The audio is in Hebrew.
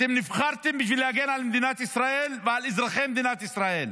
אתם נבחרתם בשביל להגן על מדינת ישראל ועל אזרחי מדינת ישראל,